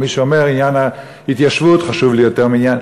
או שמישהו אומר: עניין ההתיישבות חשוב לי יותר מעניין